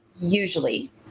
usually